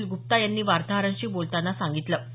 निखिल गुप्ता यांनी वार्ताहरांशी बोलतांना सांगितलं